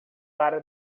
para